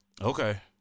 Okay